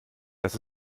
das